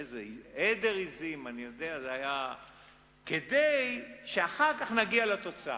איזה עדר עזים, כדי שאחר כך נגיע לתוצאה.